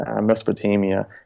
Mesopotamia